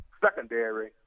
secondary